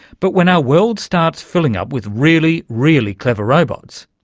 but when our world starts filling up with really, really clever robots,